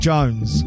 Jones